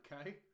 Okay